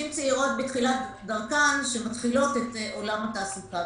צעירות בתחילת דרכן שמתחילות את עולם התעסוקה.